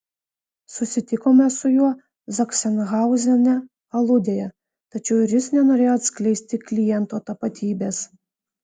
susitikome su juo zachsenhauzene aludėje tačiau ir jis nenorėjo atskleisti kliento tapatybės